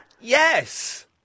Yes